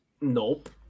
Nope